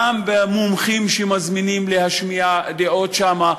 גם במומחים שמזמינים להשמיע דעות שם,